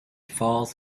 falls